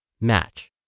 Match